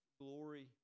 glory